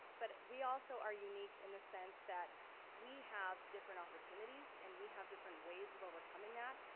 but we also are unique in the sense that we have different opportunities and we have different ways of overcoming that.